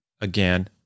again